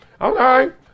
Okay